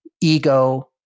ego